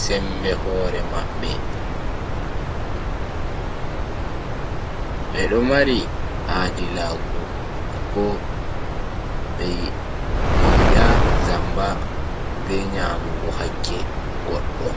sembe hore mabbe. bedo mari aadilaku bo beeala zamba be nyamugo hakke goddo.